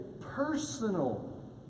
personal